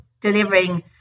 delivering